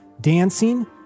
dancing